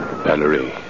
Valerie